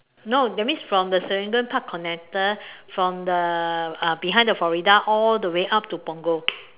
no that means from the Serangoon Park connector from the uh behind the Florida all the way up to Punggol